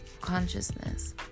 consciousness